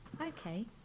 Okay